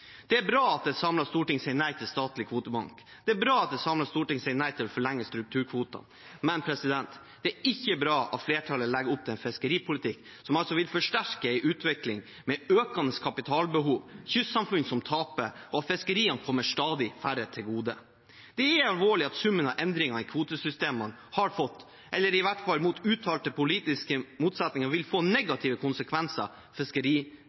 Det er bra at et samlet storting sier nei til en statlig kvotebank. Det er bra at et samlet storting sier nei til å forlenge strukturkvoter. Men det er ikke bra at flertallet legger opp til en fiskeripolitikk som vil forsterke en utvikling med økende kapitalbehov, kystsamfunn som taper, og at fiskeriene kommer stadig færre til gode. Det er alvorlig at summen av endringer i kvotesystemene har fått eller i hvert fall vil få, mot uttalte politiske motsetninger,